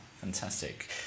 fantastic